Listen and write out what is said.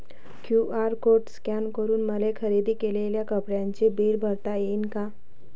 QR code scan करून मले खरेदी केलेल्या कापडाचे बिल भरता यीन का?